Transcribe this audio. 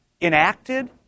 enacted